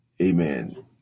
Amen